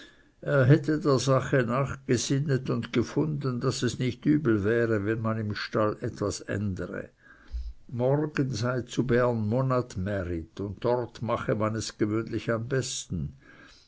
er hätte der sache nachgesinnet und gefunden daß es nicht übel wäre wenn man im stall etwas ändere morgen sei zu bern monatmärit und dort mache man es gewöhnlich am besten